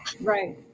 Right